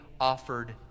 offered